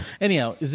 Anyhow